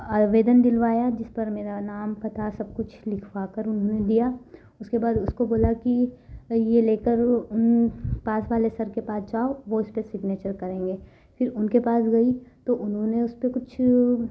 आवेदन दिलवाया जिस पर मेरा नाम पता सब कुछ लिखवा कर दिया उसके बाद उसको बोला कि यह लेकर पास वाले सर के पास जाओ वह इस पर सिग्नेचर करेंगे फ़िर उनके पास गई तो उन्होंने उस पर कुछ